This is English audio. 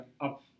up